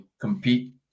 compete